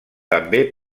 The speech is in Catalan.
també